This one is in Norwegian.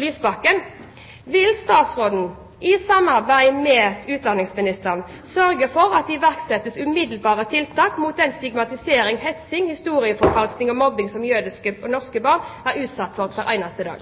Lysbakken blir da: Vil statsråden i samarbeid med utdanningsministeren sørge for at det iverksettes umiddelbare tiltak mot den stigmatisering, hets, historieforfalskning og mobbing som jødiske og norske barn er utsatt for hver eneste dag?